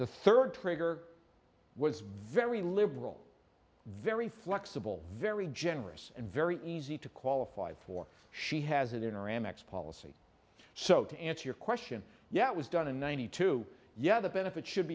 the third trigger was very liberal very flexible very generous and very easy to qualify for she has an inner amex policy so to answer your question yet was done in ninety two yeah the benefit should